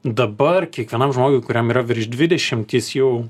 dabar kiekvienam žmogui kuriam yra virš dvidešimt jis jau